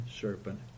serpent